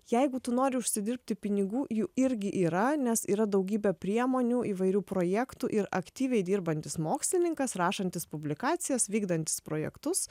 jeigu tu nori užsidirbti pinigų jų irgi yra nes yra daugybė priemonių įvairių projektų ir aktyviai dirbantis mokslininkas rašantis publikacijas vykdantis projektus